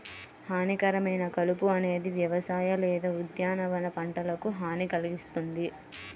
హానికరమైన కలుపు అనేది వ్యవసాయ లేదా ఉద్యానవన పంటలకు హాని కల్గిస్తుంది